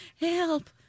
help